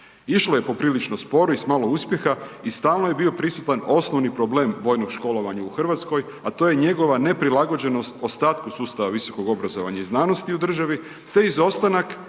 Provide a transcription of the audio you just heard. Išlo je poprilično sporo i s malo uspjeha i stalno je bio prisutan osnovni problem vojnog školovanja u RH, a to je njegova neprilagođenost ostatku sustava visokog obrazovanja i znanosti u državi, te izostanak,